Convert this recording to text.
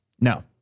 No